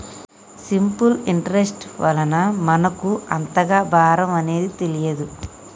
simple interest వలన మనకు అంతగా భారం అనేది తెలియదు